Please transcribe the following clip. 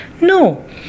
No